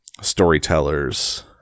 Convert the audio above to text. storytellers